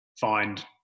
find